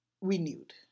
renewed